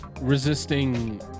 Resisting